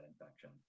infection